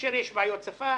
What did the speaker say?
וכאשר יש בעיות שפה,